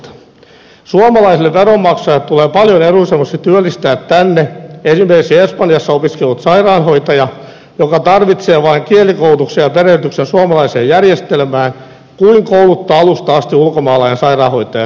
suomalaiselle veronmaksajalle tulee paljon edullisemmaksi työllistää tänne esimerkiksi espanjassa opiskellut sairaanhoitaja joka tarvitsee vain kielikoulutuksen ja perehdytyksen suomalaiseen järjestelmään kuin kouluttaa alusta asti ulkomaalainen sairaanhoitaja suomessa